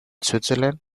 switzerland